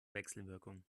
wechselwirkung